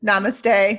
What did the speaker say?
Namaste